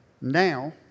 Now